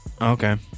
Okay